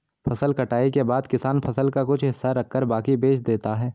फसल कटाई के बाद किसान फसल का कुछ हिस्सा रखकर बाकी बेच देता है